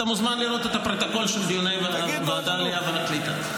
אתה מוזמן לראות את הפרוטוקול של דיוני ועדת העלייה והקליטה.